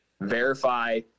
verify